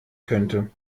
könnte